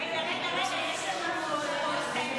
ההצעה להעביר את